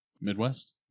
midwest